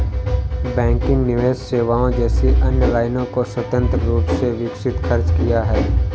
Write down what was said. banking निवेश सेवाओं जैसी अन्य लाइनों को स्वतंत्र रूप से विकसित खर्च किया है